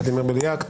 ולדימיר בליאק,